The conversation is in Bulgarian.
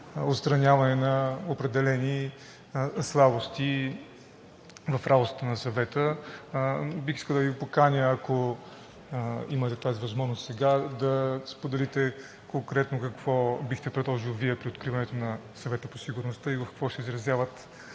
отстраняване на определени слабости в работата на Съвета. Бих искал да Ви поканя, ако имате тази възможност сега, да споделите конкретно какво бихте предложил Вие при откриването на Съвета по сигурността? В какво се изразяват